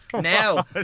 now